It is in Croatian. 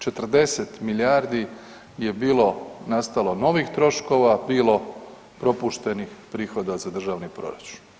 40 milijardi je bilo nastalo novih troškova bilo propuštenih prihoda za državni proračun.